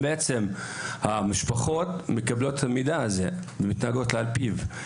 האם המשפחות מקבלות את המידע הזה ומתנהגות על פיו.